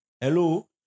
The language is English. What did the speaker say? Hello